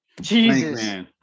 jesus